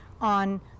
on